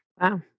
Wow